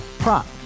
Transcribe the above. Prop